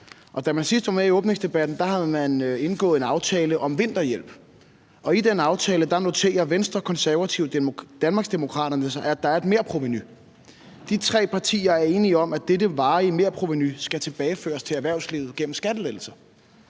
Da man sidst var med i åbningsdebatten, havde man indgået en aftale om vinterhjælp, og i den aftale noterer Venstre, Konservative og Danmarksdemokraterne sig, at der er et merprovenu. De tre partier var enige om, at dette varige merprovenu skulle tilbageføres til erhvervslivet gennem skattelettelser,